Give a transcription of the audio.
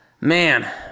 man